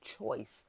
choice